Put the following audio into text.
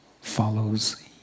follows